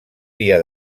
dia